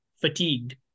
fatigued